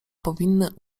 powinny